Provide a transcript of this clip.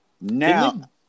Now